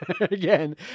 again